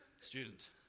student